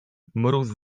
mróz